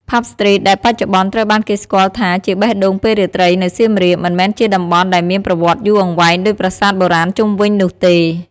ផាប់ ស្ទ្រីត ដែលបច្ចុប្បន្នត្រូវបានគេស្គាល់ថាជាបេះដូងពេលរាត្រីនៅសៀមរាប មិនមែនជាតំបន់ដែលមានប្រវត្តិយូរអង្វែងដូចប្រាសាទបុរាណជុំវិញនោះទេ។